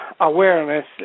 awareness